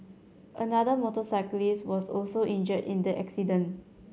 another motorcyclist was also injured in the accident